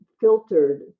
filtered